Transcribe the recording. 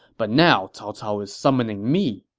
but now cao cao is summoning me.